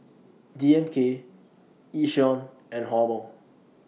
D M K Yishion and Hormel